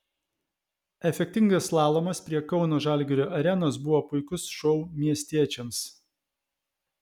efektingas slalomas prie kauno žalgirio arenos buvo puikus šou miestiečiams